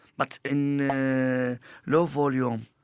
but in a low volume,